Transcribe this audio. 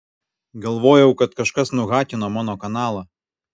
galvojau kad kažkas nuhakino mano kanalą